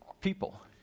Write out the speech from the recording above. people